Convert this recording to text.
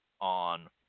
on